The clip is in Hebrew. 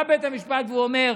בא בית המשפט ואומר: